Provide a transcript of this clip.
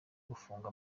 gufunga